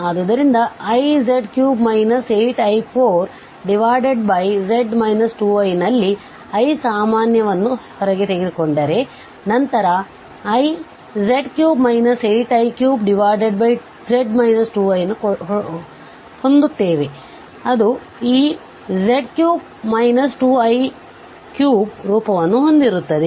ಆದ್ದರಿಂದ iz3 8i4z 2i ನಲ್ಲಿ i ಸಾಮಾನ್ಯವನ್ನು ತೆಗೆದುಕೊಂಡರೆ ನಂತರ iz3 8i3z 2i ಅನ್ನು ಹೊಂಡುತ್ತೇವೆ ಅದು ಈ z3 2i3ರೂಪವನ್ನು ಹೊಂದಿರುತ್ತದೆ